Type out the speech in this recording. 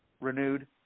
renewed